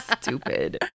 stupid